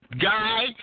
guy